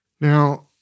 Now